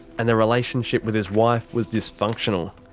and the relationship with his wife was dysfunctional.